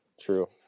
True